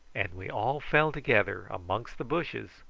and we all fell together amongst the bushes,